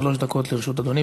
שלוש דקות לרשות אדוני.